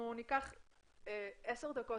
דקות